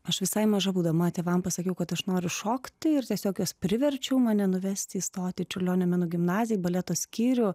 aš visai maža būdama tėvam pasakiau kad aš noriu šokti ir tiesiog juos priverčiau mane nuvesti į stotį čiurlionio menų gimnaziją baleto skyrių